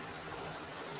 iL 1548 1512amps 1